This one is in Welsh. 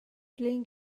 flin